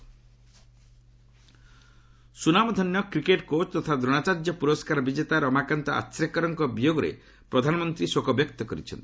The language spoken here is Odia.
ପିଏମ୍ ଆଚ୍ରେକର ସୁନାମଧନ୍ୟ କ୍ରିକେଟ୍ କୋଚ୍ ତଥା ଦ୍ରୋଣାଚାର୍ଯ୍ୟ ପୁରସ୍କାର ବିଜେତା ରମାକାନ୍ତ ଆଚ୍ରେକରଙ୍କର ବିୟୋଗରେ ପ୍ରଧାନମନ୍ତ୍ରୀ ଶୋକ ବ୍ୟକ୍ତ କରିଛନ୍ତି